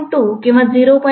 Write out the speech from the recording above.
3 Aआहे